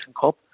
Cup